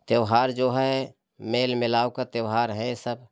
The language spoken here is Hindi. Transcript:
त्योहार जो है मेल मिलाव का त्योहार है सब